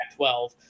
12